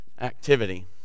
activity